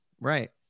right